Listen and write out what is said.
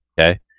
Okay